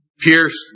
pierced